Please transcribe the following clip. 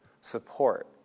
support